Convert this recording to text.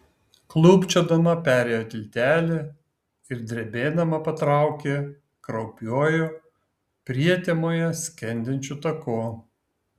klūpčiodama perėjo tiltelį ir drebėdama patraukė kraupiuoju prietemoje skendinčiu taku